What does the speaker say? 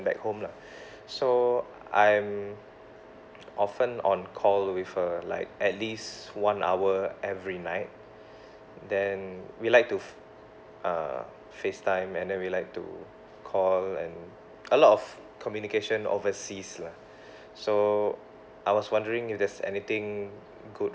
back home lah so I'm often on call with her like at least one hour every night and then we like to f~ uh facetime and then we like to call and a lot of communication overseas lah so I was wondering if there's anything good